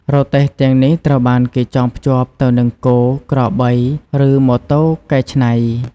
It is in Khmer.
រទេះទាំងនេះត្រូវបានគេចងភ្ជាប់ទៅនឹងគោ ក្របី ឬម៉ូតូកែច្នៃ។